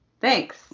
Thanks